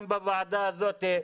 גם בוועדה הזאת,